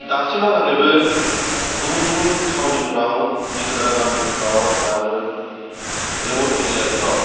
दासिमहालागैबो गुबुन गुबुन थावनिफ्राव भितोरा गामिफ्राव आरो रिमट एरियाफ्राव